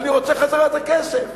אני רוצה את הכסף חזרה.